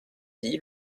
dit